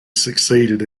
succeeded